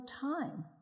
time